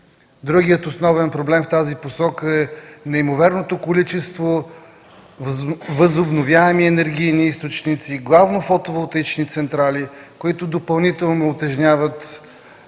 Другият основен проблем в тази посока е неимоверното количество възобновяеми енергийни източници, главно фотоволтаични централи, които допълнително утежняват